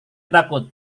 takut